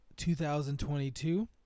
2022